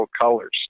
colors